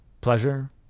pleasure